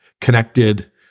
connected